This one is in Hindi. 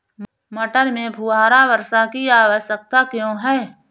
मटर में फुहारा वर्षा की आवश्यकता क्यो है?